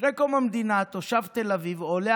לפני קום המדינה תושב תל אביב היה עולה